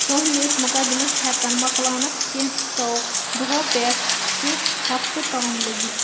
تُہُنٛدِس مُقَدِمس ہیكن مۄکلٕنس کیٚنٛژو دۄہو پٮ۪ٹھ کیٚنٛہہ ہفتہٕ تام لٔگِتھ